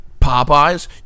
Popeyes